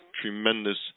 tremendous